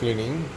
cleaning